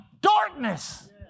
darkness